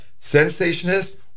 sensationist